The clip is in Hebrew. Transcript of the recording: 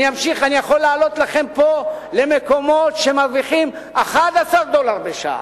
אני יכול לעלות לכם פה למקומות שבהם מרוויחים 11 דולר לשעה.